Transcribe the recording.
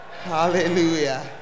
Hallelujah